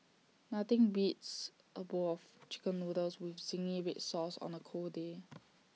nothing beats A bowl of Chicken Noodles with Zingy Red Sauce on A cold day